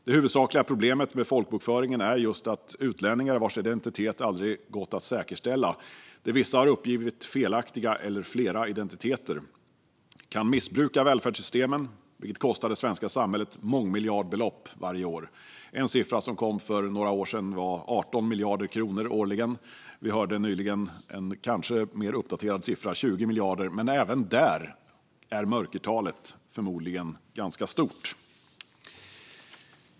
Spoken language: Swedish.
Det huvudsakliga problemet med folkbokföringen är just att utlänningar vars identitet aldrig gått att säkerställa, där vissa har uppgivit felaktiga eller flera identiteter, kan missbruka välfärdssystemen. Det kostar det svenska samhället mångmiljardbelopp varje år. En siffra som kom för några år sedan var 18 miljarder kronor årligen. Vi hörde nyligen en kanske mer uppdaterad siffra: 20 miljarder. Men även här är mörkertalet förmodligen ganska stort.